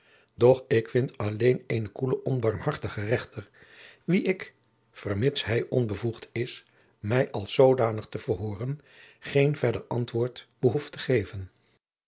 doch ik vind alleen eenen koelen onbarmhartigen rechter wien ik vermits hij onbevoegd is mij als zoodanig te verhooren geen verder antwoord behoef te geven